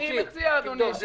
אופיר, תבדוק.